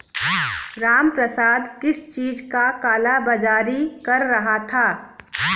रामप्रसाद किस चीज का काला बाज़ारी कर रहा था